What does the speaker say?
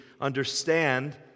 understand